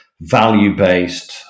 value-based